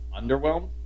underwhelmed